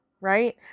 right